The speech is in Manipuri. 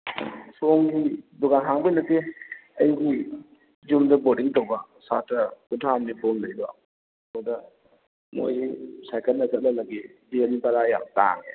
ꯁꯣꯝꯒꯤ ꯗꯨꯀꯥꯟ ꯍꯥꯡꯕ ꯑꯩꯒꯤ ꯌꯨꯝꯗ ꯕꯣꯔꯗꯤꯡ ꯇꯧꯕ ꯁꯥꯠꯇ꯭ꯔ ꯀꯨꯟꯊ꯭ꯔꯥ ꯑꯃ ꯅꯤꯐꯨ ꯑꯃ ꯂꯩꯕ ꯑꯗꯨꯗ ꯃꯣꯏꯁꯤ ꯁꯥꯏꯀꯜꯗ ꯆꯠꯍꯜꯂꯒꯦ ꯚꯦꯟ ꯕꯔꯥ ꯌꯥꯝ ꯇꯥꯡꯉꯦ